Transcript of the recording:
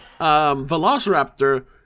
Velociraptor